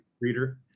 reader